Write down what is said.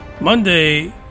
Monday